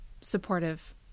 supportive